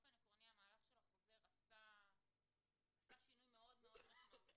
שבאופן עקרוני המהלך של החוזר עשה שינוי מאוד מאוד משמעותי,